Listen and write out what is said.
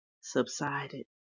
subsided